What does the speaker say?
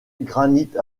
granite